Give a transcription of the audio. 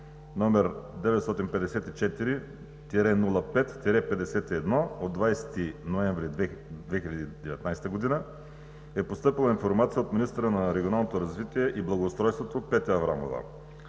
№ 954 05 51 от 20 ноември 2019 г., е постъпила информация от министъра на регионалното развитие и благоустройството Петя Аврамова